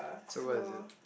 so what is it